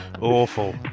Awful